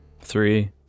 three